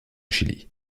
chili